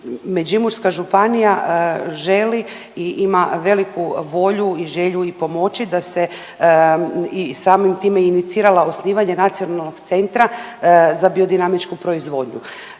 Međimurska županija želi i ima veliku volju i želju i pomoći da se i samim time i inicirala osnivanje nacionalnog centra za biodinamičku proizvodnju.